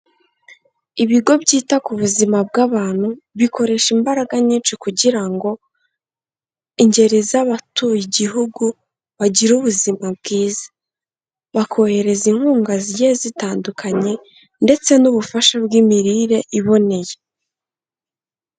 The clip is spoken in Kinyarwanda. Ibigo byita ku buzima bw'abantu bikoresha imbaraga nyinshi kugira ngo ingeri z'abatuye igihugu bagire ubuzima bwiza. Bakohereza inkunga zigiye zitandukanye ndetse n'ubufasha bw'imirire iboneye.